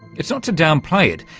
it's not to downplay it,